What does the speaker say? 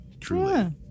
truly